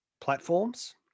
platforms